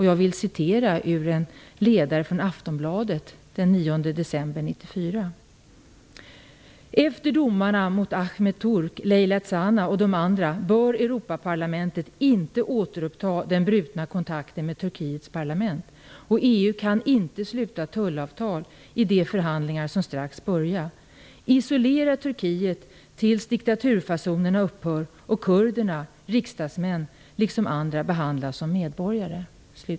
Jag vill citera ur en ledare i Aftonbladet den 9 december 1994: "Efter domarna mot Ahmet Turk, Leyla Zana och de andra bör Europaparlamentet inte återuppta den brutna kontakten med Turkiets parlament, och EU kan inte sluta tullavtal i de förhandlingar som strax börjar. Isolera Turkiet tills diktaturfasonerna upphör och kurderna, riksdagsmän liksom andra behandlas som medborgare."